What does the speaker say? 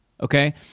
okay